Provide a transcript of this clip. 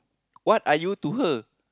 what are you to her